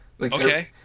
Okay